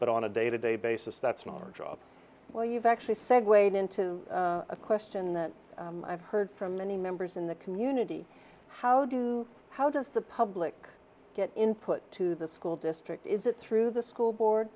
but on a day to day basis that's not our job well you've actually segues into a question that i've heard from many members in the community how do you how does the public get input to the school district is it through the school board